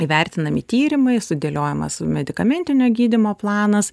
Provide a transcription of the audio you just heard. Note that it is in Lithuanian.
įvertinami tyrimai sudėliojamas medikamentinio gydymo planas